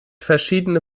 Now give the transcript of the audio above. verschiedene